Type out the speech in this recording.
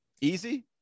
Easy